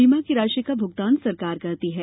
बीमा की राशि का भुगतान सरकार करती है